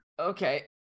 Okay